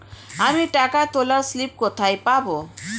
আমি টাকা তোলার স্লিপ কোথায় পাবো?